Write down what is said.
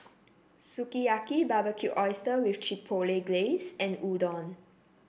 Sukiyaki Barbecued Oyster with Chipotle Glaze and Udon